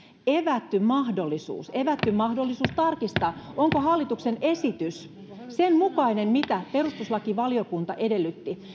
evätty mahdollisuus evätty mahdollisuus tarkistaa onko hallituksen esitys sen mukainen mitä perustuslakivaliokunta edellytti